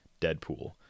Deadpool